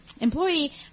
employee